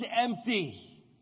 empty